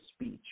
speech